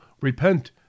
repent